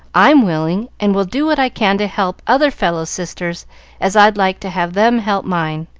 i'm willing, and will do what i can to help other fellows' sisters as i'd like to have them help mine.